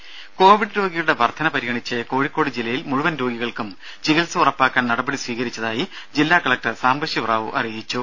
ദേദ കോവിഡ് രോഗികളുടെ വർദ്ധന പരിഗണിച്ച് കോഴിക്കോട് ജില്ലയിൽ മുഴുവൻ രോഗികൾക്കും ചികിത്സ ഉറപ്പാക്കാൻ നടപടി സ്വീകരിച്ചതായി ജില്ലാ കലക്ടർ സാംബശിവ റാവു അറിയിച്ചു